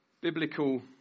biblical